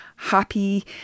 happy